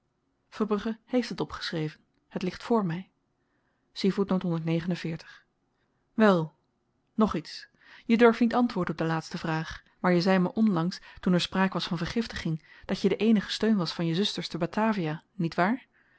heeft het opgeschreven het ligt voor my wèl nog iets je durft niet antwoorden op de laatste vraag maar je zei me onlangs toen er spraak was van vergiftiging dat je de eenige steun was van je zusters te batavia niet waar